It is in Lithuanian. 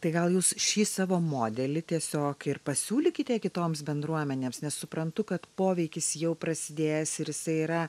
tai gal jūs šį savo modelį tiesiog ir pasiūlykite kitoms bendruomenėms nes suprantu kad poveikis jau prasidėjęs ir jisai yra